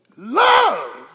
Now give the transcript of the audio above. Love